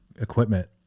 equipment